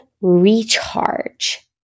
recharge